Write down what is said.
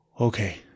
Okay